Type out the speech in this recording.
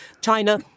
China